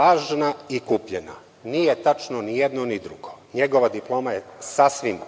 lažna i kupljena. Nije tačno ni jedno ni drugo. Njegova diploma je sasvim